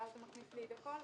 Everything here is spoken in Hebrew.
ואז זה מכניס הכול,